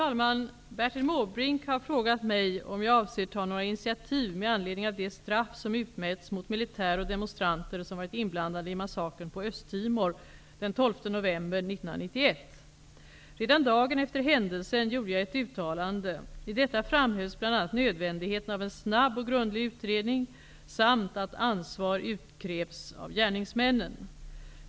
Fru talman! Bertil Måbrink har frågat mig om jag avser ta några initiativ med anledning av de straff som utmätts mot militär och demonstranter som varit inblandade i massakern på Östtimor den 12 Redan dagen efter händelsen gjorde jag ett uttalande. I detta framhölls bl.a. nödvändigheten av en snabb och grundlig utredning samt att ansvar utkrävs gärningsmännen.